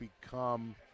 become